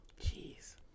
Jeez